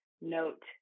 note